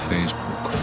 Facebook